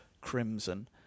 crimson